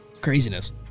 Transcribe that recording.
Craziness